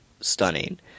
stunning